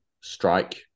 strike